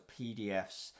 PDFs